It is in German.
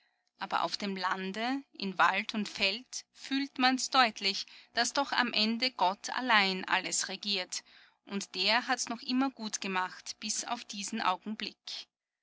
aber auf dem lande in wald und feld fühlt mans deutlich daß doch am ende gott allein alles regiert und der hats noch immer gut gemacht bis auf diesen augenblick